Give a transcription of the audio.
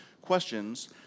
questions